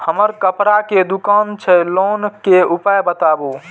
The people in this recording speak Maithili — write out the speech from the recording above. हमर कपड़ा के दुकान छै लोन के उपाय बताबू?